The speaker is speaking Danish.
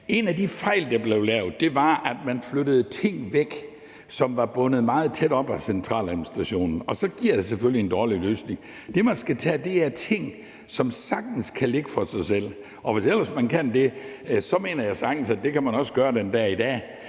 En af de fejl, der blev lavet, var, at man flyttede ting væk, som var bundet meget tæt op på centraladministrationen, og så giver det selvfølgelig en dårlig løsning. Det, man skal tage, er ting, som sagtens kan ligge for sig selv, og hvis ellers man kan det, mener jeg sagtens, man også kan gøre det den dag i dag.